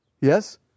Yes